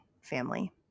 family